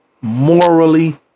Morally